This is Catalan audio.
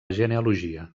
genealogia